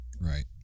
Right